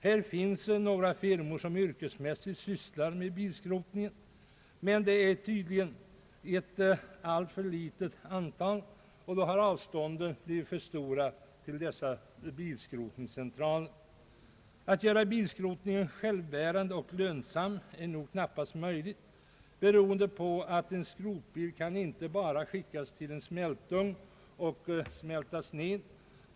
Här finns några firmor som yrkesmässigt sysslar med bilskrotning, men det är tydligen ett alltför litet antal, och avstånden har blivit för stora till dessa bilskrotningscentraler. Att göra bilskrotningen självbärande och lönsam är knappast möjligt, beroende på att en skrotbil inte bara kan skickas till en smältugn och smältas ned.